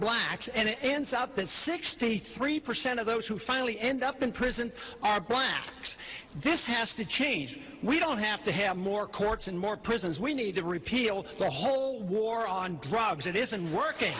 blacks and in south and sixty three percent of those who finally end up in prison are black this has to change we don't have to have more courts and more prisons we need to repeal the whole war on drugs it isn't working